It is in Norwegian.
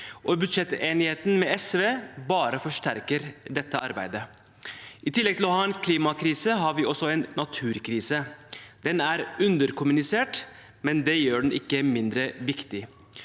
Budsjettenigheten med SV bare forsterker dette arbeidet. I tillegg til å ha en klimakrise har vi også en naturkrise. Den er underkommunisert, men det gjør den ikke mindre viktig.